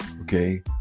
okay